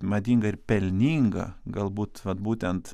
madinga ir pelninga galbūt vat būtent